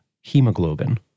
hemoglobin